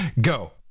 go